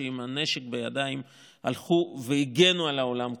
שעם הנשק בידיים הלכו והגנו על העולם כולו.